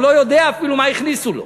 הוא לא יודע אפילו מה הכניסו לו.